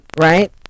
right